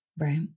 Right